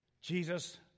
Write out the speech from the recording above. Jesus